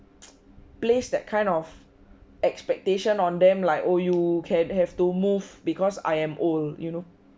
mplace that kind of expectation on them like oh you can have to move because I am old you know